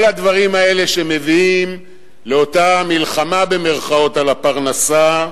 כל הדברים האלה, שמביאים לאותה "מלחמה" על הפרנסה,